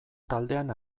taldean